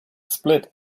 split